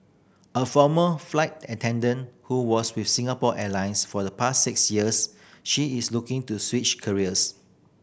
a former flight attendant who was with Singapore Airlines for the past six years she is looking to switch careers